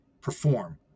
perform